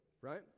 Right